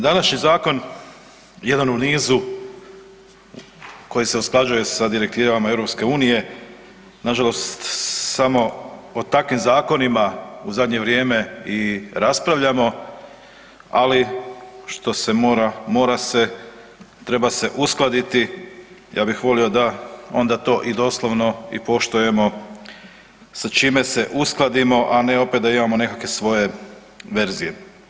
Današnji zakon jedan je u nizu koji se usklađuje sa direktivama EU, nažalost samo o takvim zakonima u zadnje vrijeme i raspravljamo, ali što se mora, mora se, treba se uskladiti, ja bih volio da onda to i doslovno i poštujemo, sa čime se uskladimo, a ne opet da imamo nekakve svoje verzije.